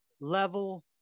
level